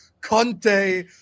Conte